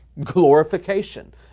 glorification